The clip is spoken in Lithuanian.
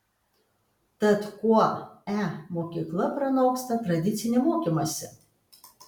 tad kuo e mokykla pranoksta tradicinį mokymąsi